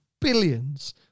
billions